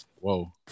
Whoa